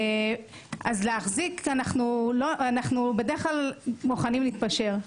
אנחנו בדרך כלל מוכנים להתפשר.